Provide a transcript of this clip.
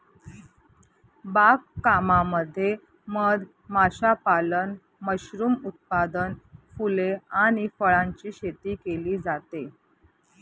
बाग कामामध्ये मध माशापालन, मशरूम उत्पादन, फुले आणि फळांची शेती केली जाते